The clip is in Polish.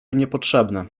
niepotrzebne